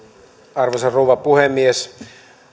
arvoisa rouva puhemies